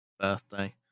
birthday